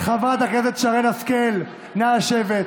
חברת הכנסת שרן השכל, נא לשבת.